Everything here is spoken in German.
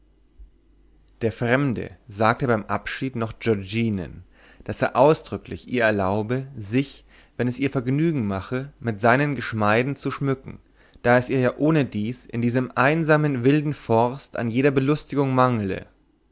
der fremde sagte beim abschied noch giorginen daß er ausdrücklich ihr erlaube sich wenn es ihr vergnügen mache mit seinen geschmeiden zu schmücken da es ihr ja ohnedies in diesem einsamen wilden forst an jeder belustigung mangle